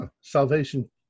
Salvation